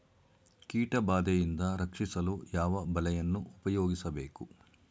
ಕೀಟಬಾದೆಯಿಂದ ರಕ್ಷಿಸಲು ಯಾವ ಬಲೆಯನ್ನು ಉಪಯೋಗಿಸಬೇಕು?